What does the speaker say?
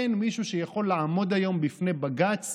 אין מישהו שיכול לעמוד היום בפני בג"ץ